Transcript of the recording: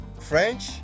French